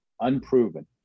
unproven